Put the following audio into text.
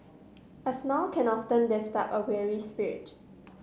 a smile can often lift up a weary spirit